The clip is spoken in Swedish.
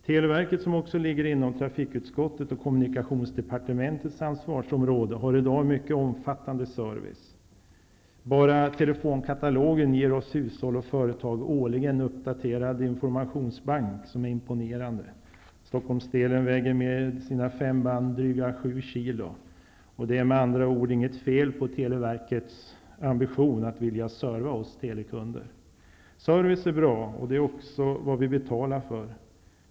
Televerket som också ligger inom trafikutskottets och kommunikationsdepartementets ansvarsområde har i dag en mycket omfattande service. Bara telefonkatalogen ger oss hushåll och företag årligen en uppdaterad informationsbank som är imponerande. Stockholmsdelen väger med sina fem band dryga 7 kg. Det är med andra ord inget fel på televerkets ambition att vilja serva oss telekunder. Service är bra, och det är vad vi betalar för.